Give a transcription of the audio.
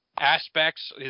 aspects